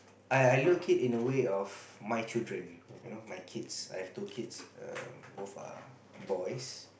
I I look it in the way of my children you know my kids I have two kids um both are boys